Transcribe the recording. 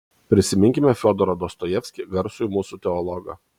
prisiminkime fiodorą dostojevskį garsųjį mūsų teologą